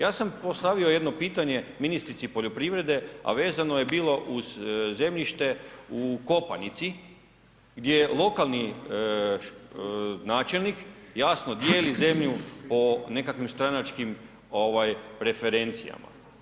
Ja sam postavio jedno pitanje ministrici poljoprivrede a vezano je bilo uz zemljište u Kopanici gdje lokalni načelnik jasno dijeli zemlju po nekakvim stranačkim referencijama.